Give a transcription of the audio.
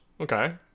Okay